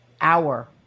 hour